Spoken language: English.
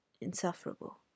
insufferable